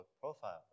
profile